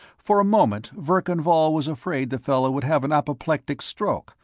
for a moment, verkan vall was afraid the fellow would have an apoplectic stroke,